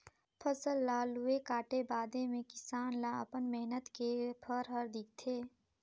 फसल ल लूए काटे बादे मे किसान ल अपन मेहनत के फर हर दिखथे